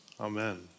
Amen